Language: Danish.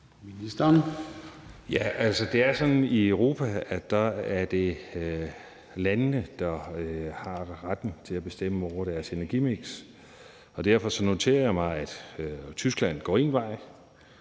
det er sådan i Europa, at det er landene, der har retten til at bestemme over deres energimiks, og derfor noterer jeg mig, at Tyskland går én vej,